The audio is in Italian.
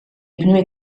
prime